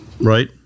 right